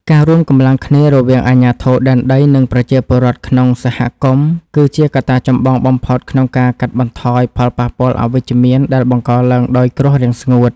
ការរួមកម្លាំងគ្នារវាងអាជ្ញាធរដែនដី និងប្រជាពលរដ្ឋក្នុងសហគមន៍ គឺជាកត្តាចម្បងបំផុតក្នុងការកាត់បន្ថយផលប៉ះពាល់អវិជ្ជមានដែលបង្កឡើងដោយគ្រោះរាំងស្ងួត។